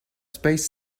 space